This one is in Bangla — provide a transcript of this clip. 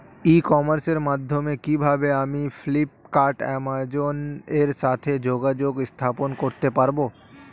ই কমার্সের মাধ্যমে কিভাবে আমি ফ্লিপকার্ট অ্যামাজন এর সাথে যোগাযোগ স্থাপন করতে পারব?